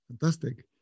fantastic